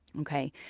Okay